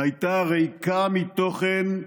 / הייתה ריקה מתוכן,